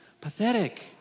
pathetic